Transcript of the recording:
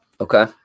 Okay